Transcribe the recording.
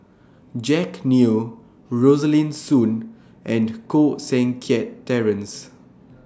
Jack Neo Rosaline Soon and Koh Seng Kiat Terence